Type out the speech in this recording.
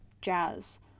Jazz